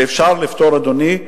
ואפשר לפתור, אדוני,